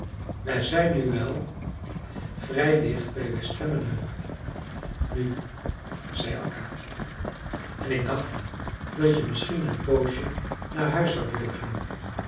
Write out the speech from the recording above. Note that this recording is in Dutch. we zijn wel vrij dicht bij west vemmenhög nu zei akka en ik dacht dat je misschien een poosje naar huis zoudt willen gaan